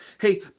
Hey